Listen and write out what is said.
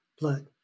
blood